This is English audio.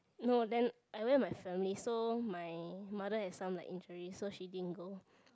no then I went with my family so my mother has some like injury so she didn't go